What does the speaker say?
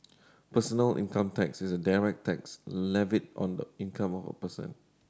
personal income tax is a direct tax levied on the income of a person